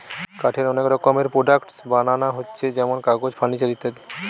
কাঠের অনেক রকমের প্রোডাক্টস বানানা হচ্ছে যেমন কাগজ, ফার্নিচার ইত্যাদি